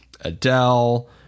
Adele